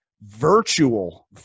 virtual